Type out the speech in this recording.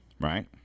right